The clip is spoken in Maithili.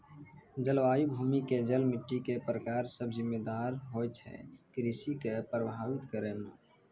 जलवायु, भूमि के जल, मिट्टी के प्रकार सब जिम्मेदार होय छै कृषि कॅ प्रभावित करै मॅ